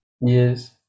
yes